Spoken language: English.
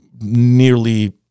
nearly